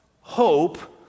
Hope